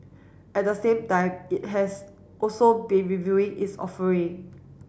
at the same time it has also been reviewing its offering